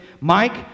Mike